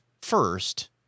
first